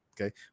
Okay